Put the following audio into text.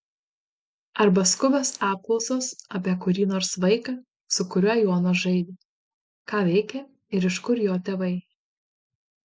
arba skubios apklausos apie kurį nors vaiką su kuriuo jonas žaidė ką veikia ir iš kur jo tėvai